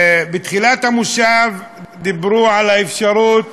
בתחילת המושב דיברו על האפשרות